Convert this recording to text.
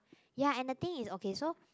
ya and the thing is okay so